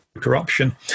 corruption